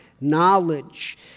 knowledge